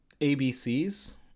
ABCs